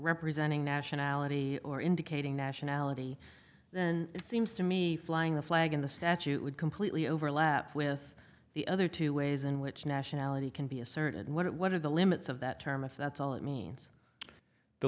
representing nationality or indicating nationality then it seems to me flying the flag in the statute would completely overlap with the other two ways in which nationality can be asserted what are the limits of that term if that's all it means the